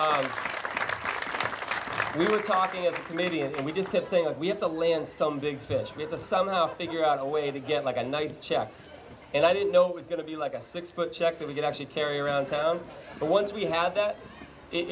be we were talking a comedian we just kept saying we have to lay in some big fish need to somehow figure out a way to get like a nice check and i didn't know it was going to be like a six foot check that we could actually carry around town but once we had that it